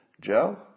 Joe